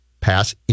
pass